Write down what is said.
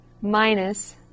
minus